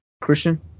Christian